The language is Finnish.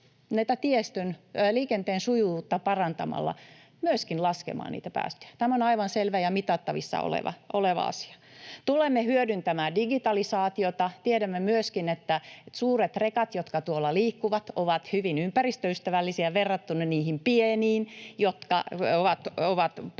liikenteen sujuvuutta parantamalla myöskin laskemaan niitä päästöjä. Tämä on aivan selvä ja mitattavissa oleva asia. Tulemme hyödyntämään digitalisaatiota. Tiedämme myöskin, että suuret rekat, jotka tuolla liikkuvat, ovat hyvin ympäristöystävällisiä verrattuna niihin pieniin, jotka ovat paljon